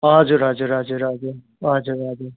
हजुर हजुर हजुर हजुर हजुर हजुर